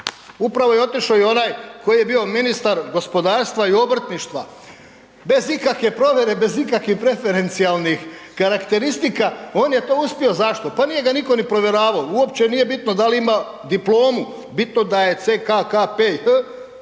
Upravo je otišo i onaj koji je bio ministar gospodarstva i obrtništva, bez ikakve provjere, bez ikakvih preferencijalnih karakteristika, on je to uspio. Zašto? Pa nije ga niko ni provjeravo, uopće nije bitno da li ima diplomu, bitno da je CK KP i